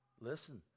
listen